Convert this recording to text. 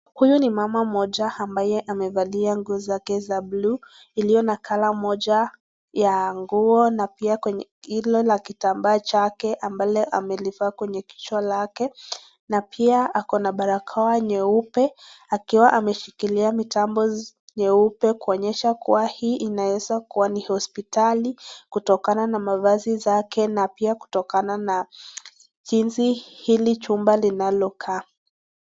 Huyu ni mama mmoja ambayo amevalia nguo zake za blue , iliyo na kala moja la nguo na pia kitambaa anayovaa kwenye kichwa, na pia akona barakoa nyeupe, akiwa ameshikilia mitambo nyeupe kuonyesha hii linaeza kuwa ni hospitali kutokana na mavazi yake na pia kitokana na jinsi jumba linalo kaa.